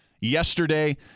yesterday